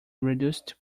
reduced